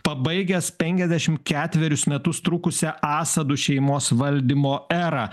pabaigęs penkiasdešim ketverius metus trukusią asadų šeimos valdymo erą